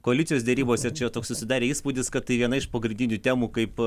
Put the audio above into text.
koalicijos derybose čia toks susidarė įspūdis kad tai viena iš pagrindinių temų kaip